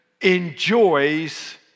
enjoys